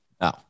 No